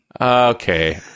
Okay